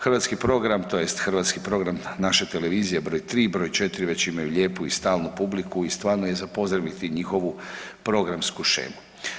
Hrvatski program tj. hrvatski program naše televizije broj 3, broj 4 već imaju lijepu i stalnu publiku i stvarno je za pozdraviti njihovu programsku shemu.